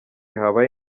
habaye